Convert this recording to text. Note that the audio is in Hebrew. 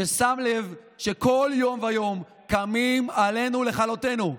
ששם לב שכל יום ויום קמים עלינו לכלותנו.